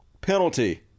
penalty